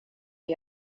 att